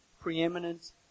preeminent